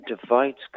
divides